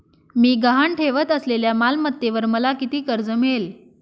मी गहाण ठेवत असलेल्या मालमत्तेवर मला किती कर्ज मिळेल?